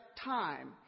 time